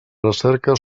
recerca